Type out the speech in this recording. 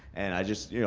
and i just, yeah